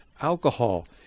alcohol